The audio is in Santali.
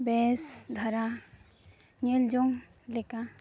ᱵᱮᱥ ᱫᱷᱟᱨᱟ ᱧᱮᱞᱡᱚᱝ ᱞᱮᱠᱟ